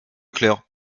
clair